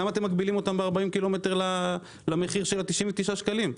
למה אתם מגבילים אותם ב-40 ק"מ למחיר של 99 שקלים?